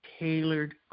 tailored